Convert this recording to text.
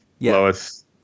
Lois